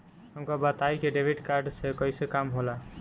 हमका बताई कि डेबिट कार्ड से कईसे काम होला?